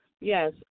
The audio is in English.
Yes